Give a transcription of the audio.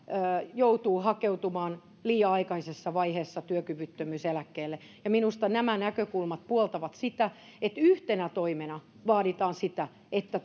joutuu hakeutumaan liian aikaisessa vaiheessa työkyvyttömyyseläkkeelle minusta nämä näkökulmat puoltavat sitä että yhtenä toimena vaaditaan sitä että